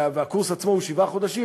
והקורס עצמו הוא שבעה חודשים,